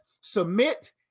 submit